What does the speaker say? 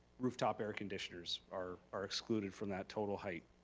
rooftop air conditioners are are excluded from that total height.